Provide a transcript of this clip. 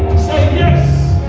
say yes!